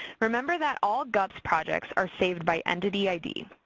remember that all gups projects are saved by entity id.